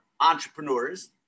entrepreneurs